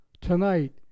tonight